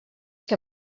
que